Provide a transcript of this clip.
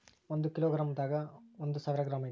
ಒಂದ kilogram ದಾಗ ಒಂದ ಸಾವಿರ ಗ್ರಾಂ ಐತಿ